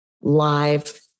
live